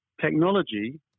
technology